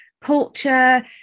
culture